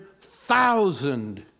thousand